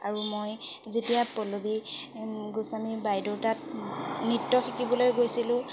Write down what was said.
আৰু মই যেতিয়া পল্লৱী গোস্বামী বাইদেউ তাত নৃত্য শিকিবলৈ গৈছিলোঁ